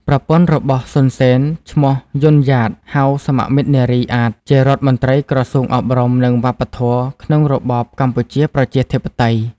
ប្រពន្ធ របស់ សុន សេន ឈ្មោះ យុន យ៉ាត (ហៅសមមិត្តនារី អាត) ជារដ្ឋមន្ត្រី ក្រសួងអប់រំនិងវប្បធម៌ក្នុងរបបកម្ពុជា ប្រជាធិបតេយ្យ។